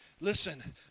listen